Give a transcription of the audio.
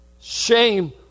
shame